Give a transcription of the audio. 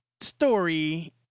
story